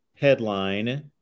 headline